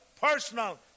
personal